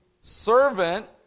servant